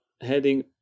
heading